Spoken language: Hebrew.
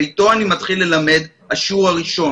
ואיתו אני מתחיל ללמד את השיעור הראשון.